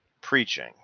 preaching